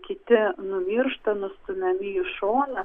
kiti numiršta nustumiami į šoną